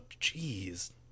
jeez